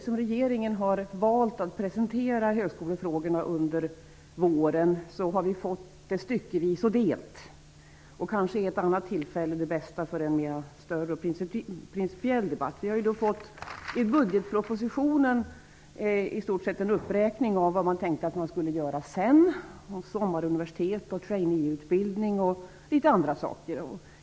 Som regeringen har valt att presentera högskolefrågorna under våren har vi nämligen fått det här styckevis och delt. Kanske är det bäst att vid ett annat tillfälle få en större principiell debatt. I budgetpropositionen får vi i stort sett en uppräkning av vad man tänkt sig göra senare. Det gäller sommaruniversitet, trainee-utbildning osv.